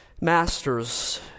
Masters